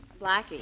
Blackie